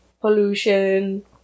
pollution